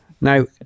Now